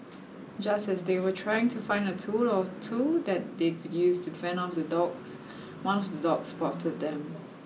just as they were trying to find a tool or two that they could use to fend off the dogs one of the dogs spotted them